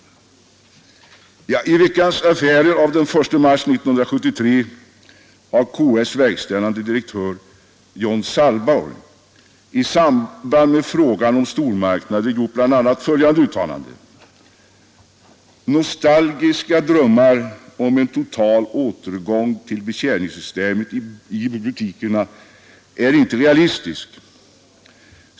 I tidningen Veckans Affärer av den 1 mars 1973 har KF:s verkställande direktör John Sallborg — i samband med frågan om stormarknader — gjort bl.a. följande uttalande: ”Nostalgiska drömmar om en total återgång till betjäningssystemet i butikerna är inte realistiska.